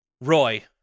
Roy